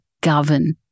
govern